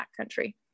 backcountry